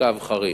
חריש.